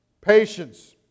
patience